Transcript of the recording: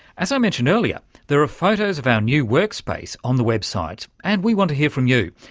as i mentioned earlier there are photos of our new workspace on the website and we want to hear from you,